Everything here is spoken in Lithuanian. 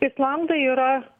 islandai yra